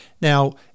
Now